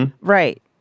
Right